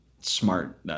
smart –